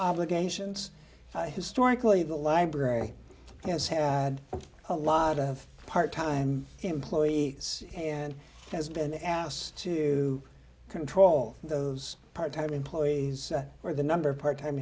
obligations historically the library has had a lot of part time employees and has been to control those part time employees or the number part time